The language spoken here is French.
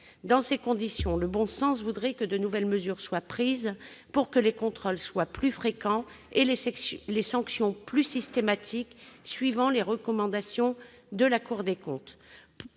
Dans ces conditions, le bon sens voudrait que de nouvelles mesures soient prises pour que les contrôles soient plus fréquents et les sanctions, plus systématiques, suivant les recommandations de la Cour des comptes.